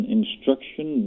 instruction